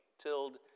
tilled